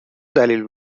دلیل